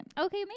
Okay